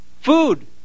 food